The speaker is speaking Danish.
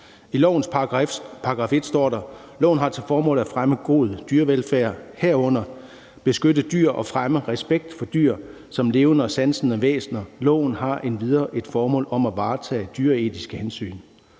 I lovens § 1 står der: »Loven har til formål at fremme god dyrevelfærd, herunder beskytte dyr, og fremme respekt for dyr som levende og sansende væsener. Loven har endvidere til formål at varetage dyreetiske hensyn.«